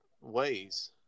ways